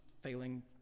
failing